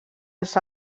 els